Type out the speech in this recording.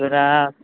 तोरा